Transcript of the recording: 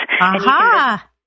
Aha